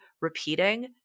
repeating